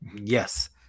yes